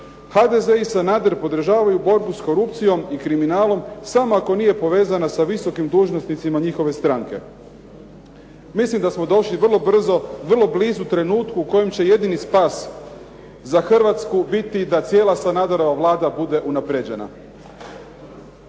HDZ i Sanader podržavaju borbu s korupcijom i kriminalom samo ako nije povezana sa visokim dužnosnicima njihove stranke. Mislim da smo došli vrlo brzo vrlo blizu trenutku u kojem će jedini spas za Hrvatsku biti da cijela Sanaderova Vlada bude unaprijeđena.